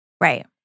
Right